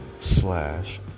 slash